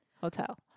Hotel